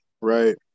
right